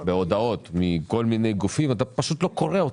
בהודעות מכל מיני גופים, אתה לא קורא אותן.